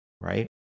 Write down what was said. right